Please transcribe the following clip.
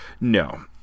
No